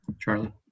Charlie